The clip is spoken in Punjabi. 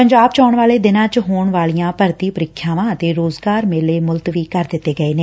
ਪੰਜਾਬ ਚ ਆਉਣ ਵਾਲੇ ਦਿਨਾ ਚ ਹੋਣ ਵਾਲੀਆਂ ਭਰਤੀ ਪ੍ਰੀਖਿਆਵਾਂ ਅਤੇ ਰੋਜ਼ਗਾਰ ਮੇਲੇ ਮੁਲਤਵੀ ਕਰ ਦਿੱਡੇ ਗਏ ਨੇ